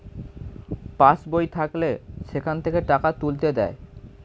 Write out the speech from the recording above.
pass বই থাকলে সেখান থেকে টাকা তুলতে দেয়